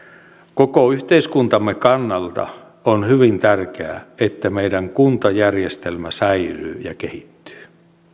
koko yhteiskuntamme kannalta on hyvin tärkeää että meidän kuntajärjestelmä säilyy ja kehittyy